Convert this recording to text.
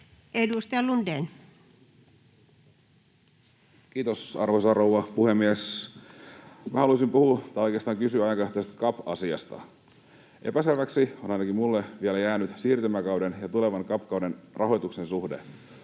17:42 Content: Kiitos, arvoisa rouva puhemies! Haluaisin puhua tai oikeastaan kysyä tästä CAP-asiasta: Epäselväksi on ainakin minulle vielä jäänyt siirtymäkauden ja tulevan CAP-kauden rahoituksen suhde.